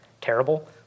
terrible